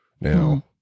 now